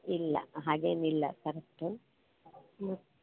ಇಲ್ಲ ಹಾಗೇನು ಇಲ್ಲ ಕರೆಕ್ಟು